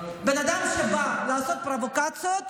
בן אדם שבא לעשות פרובוקציות,